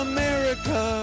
America